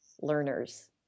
learners